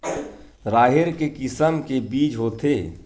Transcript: राहेर के किसम के बीज होथे?